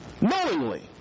knowingly